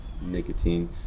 nicotine